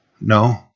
no